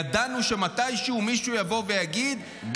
ידענו שמתישהו מישהו יבוא ויגיד,